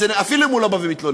אפילו אם הוא לא בא ומתלונן,